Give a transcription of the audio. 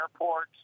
airport